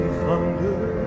thunder